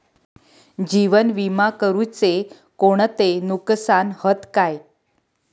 जीवन विमा करुचे कोणते नुकसान हत काय?